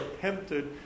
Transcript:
tempted